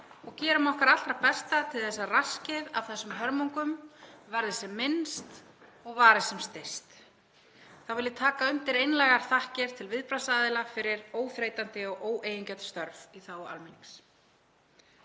og gerum okkar allra besta til að raskið af þessum hörmungum verði sem minnst og vari sem styst. Þá vil ég taka undir einlægar þakkir til viðbragðsaðila fyrir óþreytandi og óeigingjörn störf í þágu almennings.